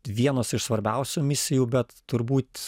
vienos iš svarbiausių misijų bet turbūt